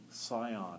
Sion